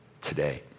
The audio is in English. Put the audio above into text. today